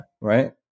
Right